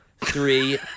Three